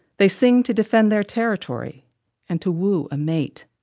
they sing to defend their territory and to woo a mate.